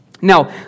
Now